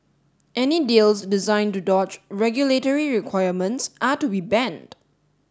any deals designed to dodge regulatory requirements are to be banned